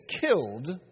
killed